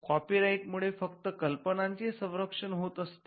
copy right मुळे फक्त कल्पनांचे संरक्षण होत असते